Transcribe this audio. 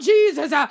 Jesus